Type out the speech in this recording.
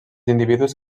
individus